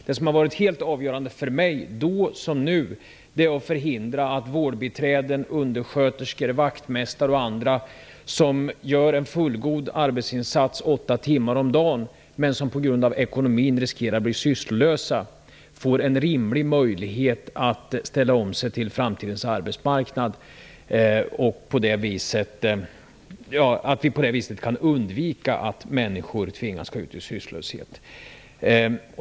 Då, som nu, har det helt avgörande för mig varit att underlätta för att vårdbiträden, undersköterskor, vaktmästare och andra som gör en fullgod arbetsinsats åtta timmar om dagen, men som nu på grund av det ekonomiska läget riskerar att bli sysslolösa, skall få en rimlig möjlighet att ställa om sig till framtidens arbetsmarknad. På det viset kan man undvika att människor tvingas att gå ut i sysslolöshet.